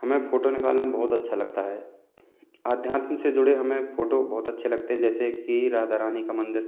हमे फ़ोटो निकालना बहुत अच्छा लगता है अध्यात्म से जुड़े हमे फ़ोटो बहुत अच्छे लगते है जैसे कि राधा रानी का मंदिर